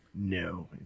no